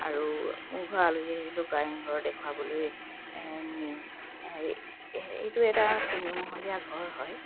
আৰু মোৰ ঘৰৰ আলহী আহিলেও কাৰেংঘৰ দেখুৱাবলৈ নিম এইটো এটা তিনিমহলীয়া ঘৰ হয়